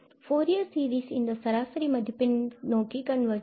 Fourier series இந்த சராசரி மதிப்பெண் நோக்கி கன்வர்ஜ் ஆகும்